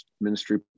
ministry